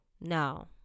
No